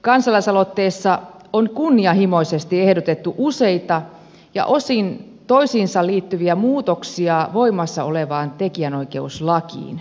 kansalaisaloitteessa on kunnianhimoisesti ehdotettu useita ja osin toisiinsa liittyviä muutoksia voimassa olevaan tekijänoikeuslakiin